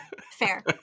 Fair